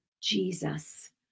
Jesus